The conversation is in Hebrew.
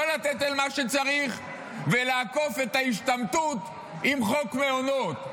לא לתת למי שצריך ולעקוף את ההשתמטות עם חוק מעונות.